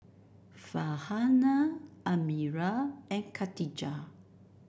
Farhanah Amirah and Katijah